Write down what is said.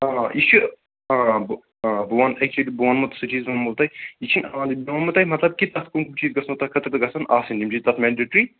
آ یہِ چھُ آ بہٕ آ بہٕ وَنہٕ اَکہِ پِھرِ بہٕ ووٚنہو تِمن چیٖزن مُتعلق یہِ چھِنہٕ عٲلِم بہٕ ووٚنمو تۅہہِ مَطلَب کِتھٕ کٕم چیٖز گژھنَو تۅہہِ خٲطرٕ تہِ گَژھن آسٕنۍ یِم چھِ تَتھ مینٛڈیٹری